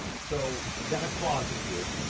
so, you got a closet here